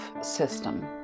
system